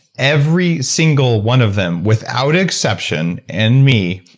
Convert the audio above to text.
every single one of them without exception, and me,